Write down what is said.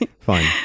Fine